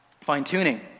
fine-tuning